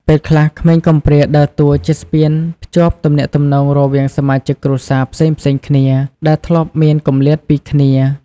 ពេលខ្លះក្មេងកំព្រាដើរតួជាស្ពានភ្ជាប់ទំនាក់ទំនងរវាងសមាជិកគ្រួសារផ្សេងៗគ្នាដែលធ្លាប់មានគម្លាតពីគ្នា។